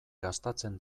gastatzen